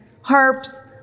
harps